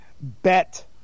bet